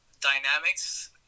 dynamics